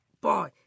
boy